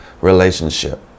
relationship